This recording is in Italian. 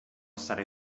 state